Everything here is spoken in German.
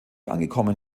angekommen